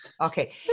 Okay